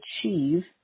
achieve